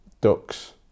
ducks